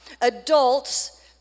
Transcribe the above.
adults